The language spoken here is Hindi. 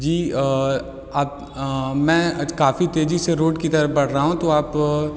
जी आप मैं आज काफ़ी तेज़ी से रोड की तरफ़ बढ़ रहा हूँ तो आप